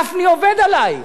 גפני עובד עלייך,